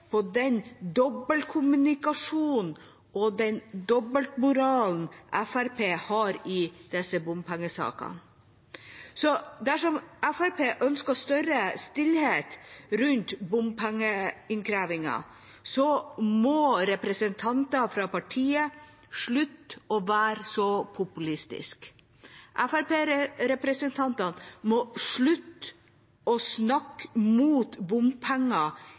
på den dobbeltkommunikasjonen og den dobbeltmoralen Fremskrittspartiet har i disse bompengesakene. Dersom Fremskrittspartiet ønsker større stillhet rundt bompengeinnkrevingen, må representanter fra partiet slutte å være så populistiske. Fremskrittsparti-representantene må slutte å snakke mot bompenger